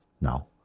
now